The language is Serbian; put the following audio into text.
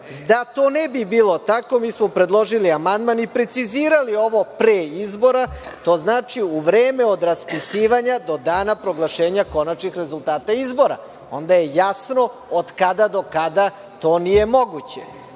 Da to ne bi bilo tako mi smo predložili amandman i precizirali ovo „pre izbora“, a to znači u vreme od raspisivanja do dana proglašenja konačnih rezultata izbora. Onda je jasno od kada do kada to nije moguće.